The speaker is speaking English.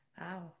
Wow